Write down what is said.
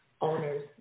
owner's